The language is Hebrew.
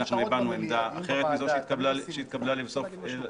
אנחנו הבענו עמדה אחרת מזו שהתקבלה לבסוף בחקיקה.